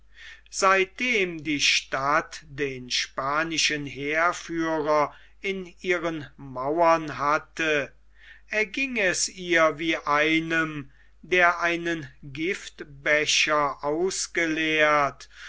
seitdem die stadt den spanischen heerführer in ihren mauern hatte erging es ihr wie einem der einen giftbecher ausgeleert